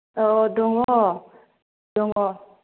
औ दङ दङ